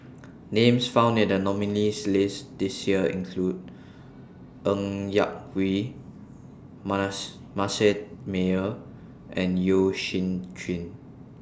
Names found in The nominees' list This Year include Ng Yak Whee Mass Manasseh Meyer and Yeo Shih Yun